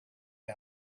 had